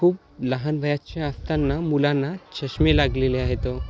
खूप लहान वयाचे असताना मुलांना चष्मे लागलेले आहेत हो